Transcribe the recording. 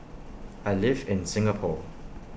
I live in Singapore